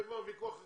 זה כבר ויכוח אחר,